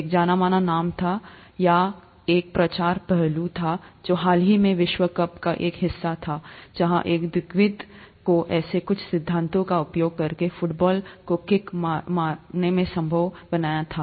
एक जाना माना नाम था या एक प्रचार पहलू था जो हाल ही में विश्व कप का एक हिस्सा था जहां एक द्विघात को ऐसे कुछ सिद्धांतों का उपयोग करके फुटबॉल को किक मारना था